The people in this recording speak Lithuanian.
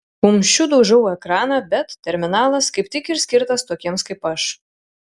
kumščiu daužau ekraną bet terminalas kaip tik ir skirtas tokiems kaip aš